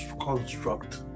construct